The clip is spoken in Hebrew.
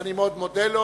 ואני מאוד מודה לו,